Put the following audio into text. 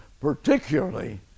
particularly